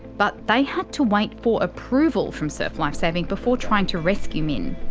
but they had to wait for approval from surf life saving before trying to rescue minh.